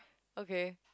okay